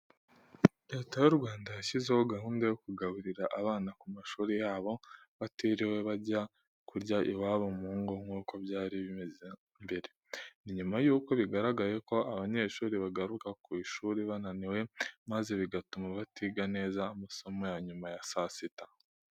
Leta y'u Rwanda yashyizeho gahunda yo kugaburira abana ku mashuri yabo batiriwe bajya kurya iwabo mu ngo nk'uko byari bimeze mbere. Ni nyuma y'uko bigaragaye ko abanyeshuri bagaruka ku ishuri bananiwe maze bigatuma batiga neza amasomo ya nyuma ya saa sita.